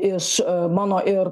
iš mano ir